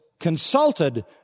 consulted